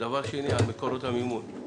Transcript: דבר שני על מקורות המימון.